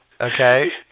Okay